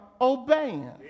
obeying